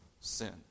sin